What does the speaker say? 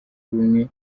ubumwe